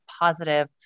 positive